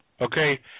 okay